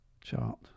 Chart